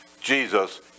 Jesus